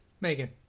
Megan